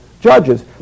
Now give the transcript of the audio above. judges